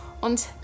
und